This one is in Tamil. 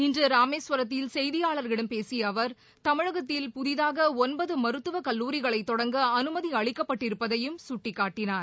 இன்று ராமேஸ்வரத்தில் செய்தியாளர்களிடம் பேசிய அவர் தமிழகத்தில் புதிதாக ஒன்பது மருத்துவக் கல்லூரிகளை தொடங்க அனுமதி அளிக்கப்பட்டிருப்பதையும் அவர் சுட்டிக்காட்டினார்